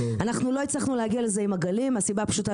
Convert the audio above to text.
אנחנו לא הצלחנו להגיע לזה עם עגלים מהסיבה הפשוטה